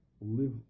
live